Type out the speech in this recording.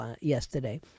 yesterday